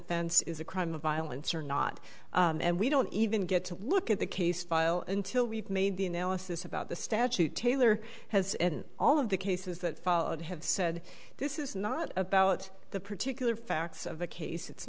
fense is a crime of violence or not and we don't even get to look at the case file until we've made the analysis about the statute taylor has and all of the cases that followed have said this is not about the particular facts of the case it's